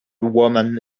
woman